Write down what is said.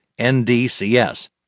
NDCS